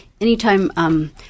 anytime –